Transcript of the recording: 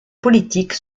politique